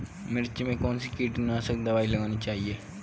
मिर्च में कौन सी कीटनाशक दबाई लगानी चाहिए?